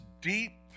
deep